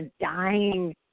dying